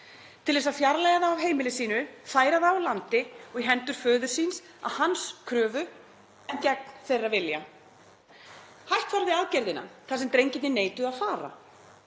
til þess að fjarlægja þá af heimili sínu, færa þá úr landi og í hendur föður síns, að hans kröfu en gegn þeirra vilja. Hætt var við aðgerðina þar sem drengirnir neituðu að fara.